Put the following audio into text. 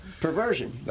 Perversion